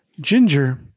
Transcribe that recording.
Ginger